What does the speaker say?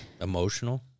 emotional